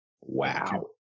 Wow